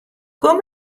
kom